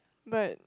but